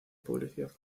publicidad